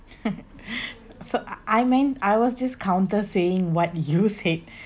so I I mean I was just counter saying what you said